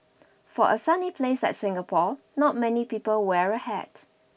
for a sunny place like Singapore not many people wear a hat